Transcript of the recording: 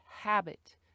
habit